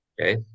okay